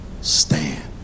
stand